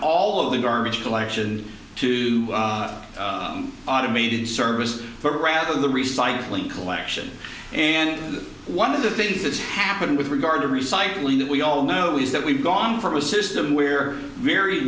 all of the garbage collection to automated services but rather the recycling collection and one of the things that's happening with regard to recycling that we all know is that we've gone from a system where very